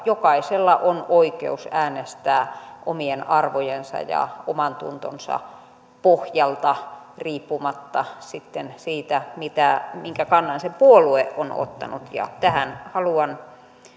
jokaisella on oikeus äänestää omien arvojensa ja omantuntonsa pohjalta riippumatta sitten siitä minkä kannan puolue on ottanut tähän haluan